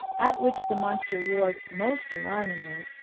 at which the monster roared most alarmingly,